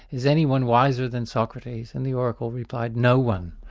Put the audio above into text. is anyone wiser than socrates? and the oracle replied no one.